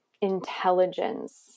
intelligence